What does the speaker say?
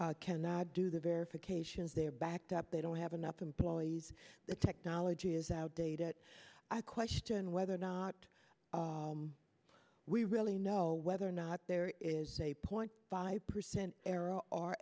i cannot do the verifications they're backed up they don't have enough employees the technology is outdated i question whether or not we really know whether or not there is a point five percent error